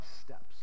steps